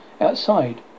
outside